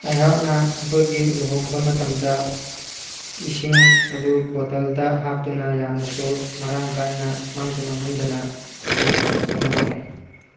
ꯑꯩꯍꯥꯛꯅ ꯑꯩꯈꯣꯏꯒꯤ ꯂꯨꯍꯣꯡꯕ ꯃꯇꯝꯗ ꯏꯁꯤꯡ ꯑꯗꯨ ꯕꯣꯠꯇꯜꯗ ꯍꯥꯞꯇꯨꯅ ꯌꯥꯝꯅꯁꯨ ꯃꯔꯥꯡ ꯀꯥꯏꯅ ꯃꯥꯡꯁꯨ ꯃꯥꯡꯍꯟꯗꯅ ꯌꯥꯝꯅ ꯐꯖꯅ ꯍꯣꯠꯅꯩ